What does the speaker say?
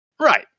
Right